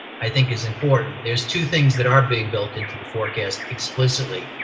i think, is important. there's two things that are being built into the forecast explicitly.